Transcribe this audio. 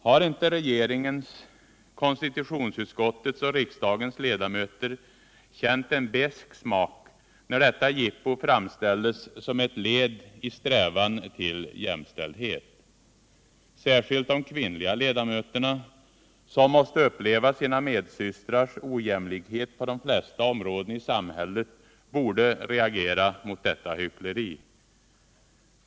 Har inte regeringens, konstitutionsutskottets och riksdagens ledamöter känt en besk smak när detta jippo framställs som ett led i en strävan till jämställdhet? Särskilt de kvinnliga ledamöterna, som måste uppleva sina medsystrars ojämlikhet på de flesta områden i samhället, borde reagera mot detta hyckleri.